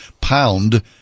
pound